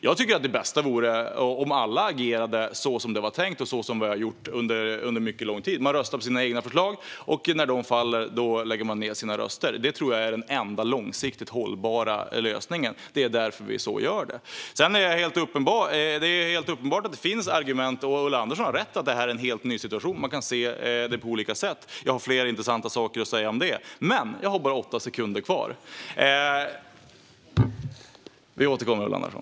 Jag tycker att det bästa vore om alla agerade så som det var tänkt och så som vi har gjort under mycket lång tid: att man röstar på sina egna förslag och lägger ned sina röster när förslagen faller. Detta tror jag är den enda långsiktigt hållbara lösningen, och det är därför vi gör så. Sedan är det helt uppenbart att det finns argument, och Ulla Andersson har rätt i att detta är en helt ny situation och att man kan se det på olika sätt. Jag har flera intressanta saker att säga om detta, men jag har bara åtta sekunder kvar. Vi återkommer, Ulla Andersson.